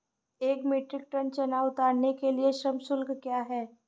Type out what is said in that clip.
एक metric ton चना उतारने के लिए श्रम शुल्क क्या है?